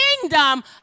kingdom